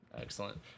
excellent